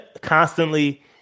constantly